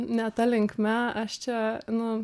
ne ta linkme aš čia nu